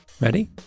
Ready